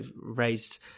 raised